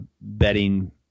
betting